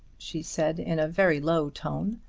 she said in a very low tone.